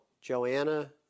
Joanna